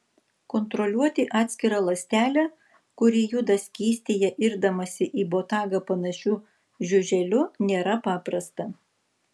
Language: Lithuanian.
kontroliuoti atskirą ląstelę kuri juda skystyje irdamasi į botagą panašiu žiuželiu nėra paprasta